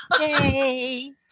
Yay